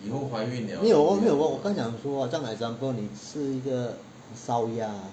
因为我们我跟他讲说好像 example 你吃一个烧鸭 ah